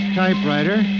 typewriter